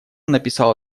написал